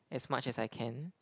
as much as I can